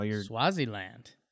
Swaziland